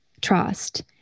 trust